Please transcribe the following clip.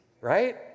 right